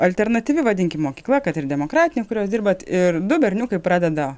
alternatyvi vadinkim mokykla kad ir demokratinė kurioj jūs dirbat ir du berniukai pradeda